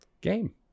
game